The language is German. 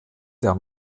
der